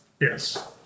Yes